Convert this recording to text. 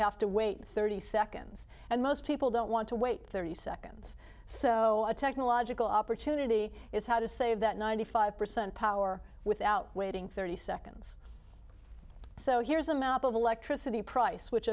have to wait thirty seconds and most people don't want to wait thirty seconds so our technological opportunity is how to save that ninety five percent power without waiting thirty seconds so here's a map of electricity price which